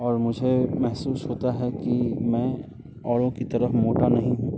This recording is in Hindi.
और मुझे महसूस होता है कि मैं औरों की तरह मोटा नहीं हूँ